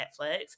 Netflix